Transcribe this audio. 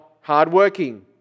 hardworking